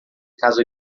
caso